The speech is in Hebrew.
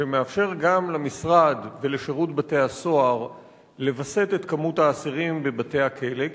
שמאפשר גם למשרד ולשירות בתי-הסוהר לווסת את כמות האסירים בבתי-הכלא,